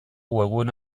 webgune